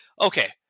Okay